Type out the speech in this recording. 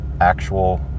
actual